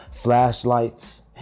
flashlights